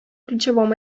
ключевом